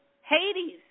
Hades